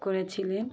করেছিলেন